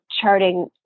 charting